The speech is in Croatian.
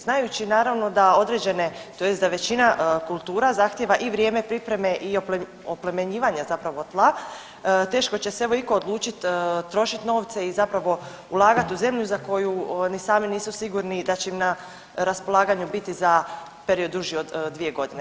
Znajući naravno da određene tj. da većina kultura zahtjeva i vrijeme pripreme i oplemenjivanje zapravo tla teško će se evo itko odlučit trošit novce i zapravo ulagati u zemlju za koju ni sami nisu sigurni da će im na raspolaganju biti za period duži od 2 godine.